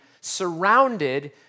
surrounded